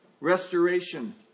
restoration